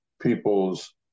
people's